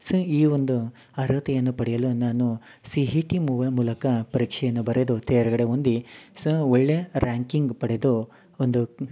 ಸ ಈ ಒಂದು ಅರ್ಹತೆಯನ್ನು ಪಡೆಯಲು ನಾನು ಸಿ ಹಿ ಟಿ ಮೂಲಕ ಪರೀಕ್ಷೆಯನ್ನು ಬರೆದು ತೇರ್ಗಡೆ ಹೊಂದಿ ಸ ಒಳ್ಳೆಯ ರ್ಯಾಂಕಿಂಗ್ ಪಡೆದು ಒಂದು